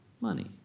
money